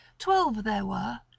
twelve they were,